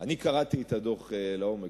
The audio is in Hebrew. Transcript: אני קראתי את הדוח לעומק,